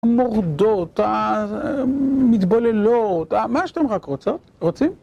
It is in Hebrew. המורדות, המתבוללות, מה שאתם רק רוצות, רוצים?